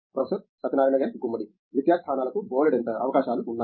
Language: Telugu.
ప్రొఫెసర్ సత్యనారాయణ ఎన్ గుమ్మడి విద్యా స్థానాలకు బోలెడంత అవకాశాలు ఉన్నాయి